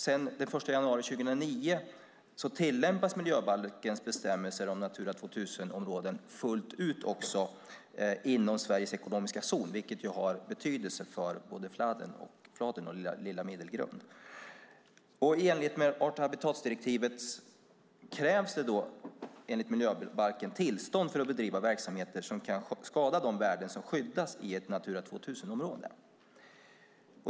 Sedan den 1 januari 2009 tillämpas miljöbalkens bestämmelser om Natura 2000-områden fullt ut också inom Sveriges ekonomiska zon, vilket har betydelse för både Fladen och Lilla Middelgrund. I enlighet med art och habitatdirektivet krävs det enligt miljöbalken tillstånd för att bedriva verksamheter som kan skada de värden som skyddas i ett Natura 2000-område.